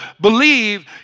believe